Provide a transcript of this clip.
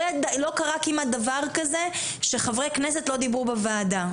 לא קרה כמעט דבר כזה שחברי כנסת לא דיברו בוועדה,